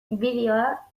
bideoa